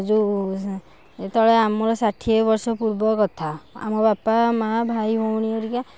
ଯେଉଁ ଯେତେବେଳେ ଆମର ଷାଠିଏ ବର୍ଷ ପୂର୍ବ କଥା ଆମ ବାପା ମାଁ ଭାଇ ଭଉଣୀ ହେରିକା